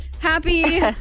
happy